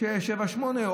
שמיני,